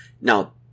Now